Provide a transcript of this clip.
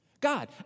God